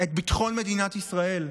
את ביטחון מדינת ישראל,